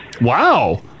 Wow